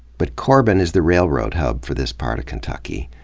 but corbin is the railroad hub for this part of kentucky.